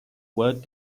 word